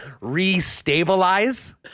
re-stabilize